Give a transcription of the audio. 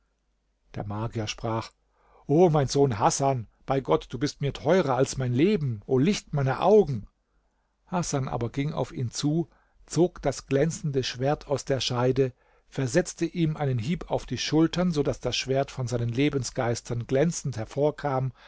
der magier sprach o mein sohn hasan bei gott du bist mir teurer als mein leben o licht meiner augen hasan aber ging auf ihn zu zog das glänzende schwert aus der scheide versetzte ihm einen hieb auf die schultern so daß das schwert von seinen lebensgeistern glänzend hervorkam